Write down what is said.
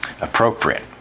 appropriate